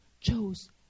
chose